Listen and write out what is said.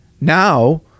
now